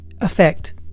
effect